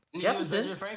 Jefferson